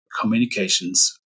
communications